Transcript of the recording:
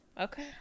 okay